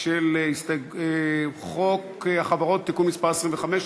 של חוק החברות (תיקון מס' 25),